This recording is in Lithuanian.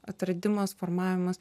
atradimas formavimas